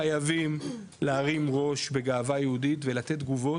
חייבים להרים ראש בגאווה יהודית ולתת תגובות.